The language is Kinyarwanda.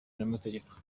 n’amategeko